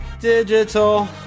digital